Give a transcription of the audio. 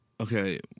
okay